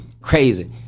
crazy